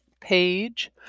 page